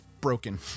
broken